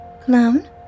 Clown